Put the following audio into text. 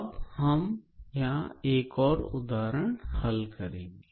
अब हम एक और उदाहरण हल करेंगे